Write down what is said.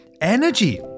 energy